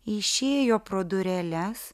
išėjo pro dureles